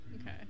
Okay